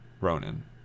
Ronan